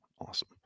Awesome